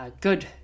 good